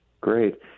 Great